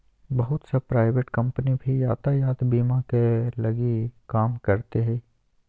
बहुत सा private company भी यातायात बीमा के लगी काम करते हइ